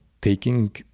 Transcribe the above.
taking